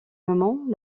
moment